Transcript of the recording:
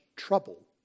trouble